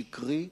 שקרי.